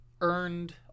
earned